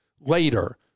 later